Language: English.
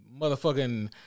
motherfucking